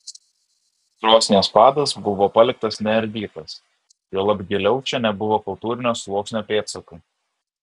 krosnies padas buvo paliktas neardytas juolab giliau čia nebuvo kultūrinio sluoksnio pėdsakų